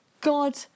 God